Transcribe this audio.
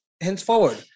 henceforward